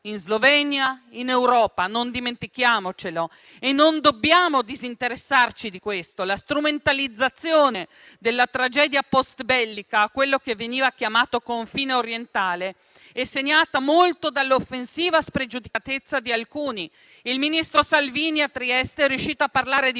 in Slovenia e in Europa. Non dimentichiamocelo e non dobbiamo disinteressarci di questo. La strumentalizzazione della tragedia post-bellica, quello che veniva chiamato confine orientale è segnata molto dall'offensiva spregiudicatezza di alcuni. Il ministro Salvini a Trieste è riuscito a parlare di